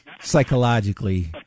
Psychologically